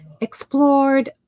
explored